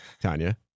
Tanya